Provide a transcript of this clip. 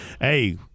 Hey